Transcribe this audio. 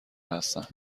هستند